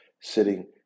sitting